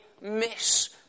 miss